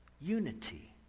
unity